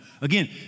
Again